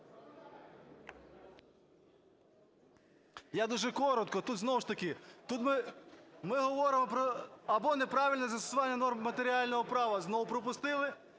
Я дуже коротко. Тут знову ж таки… Тут ми говоримо про… або неправильне застосування норм матеріального права знову пропустили.